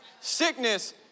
Sickness